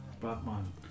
Batman